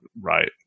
right